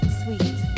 sweet